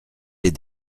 les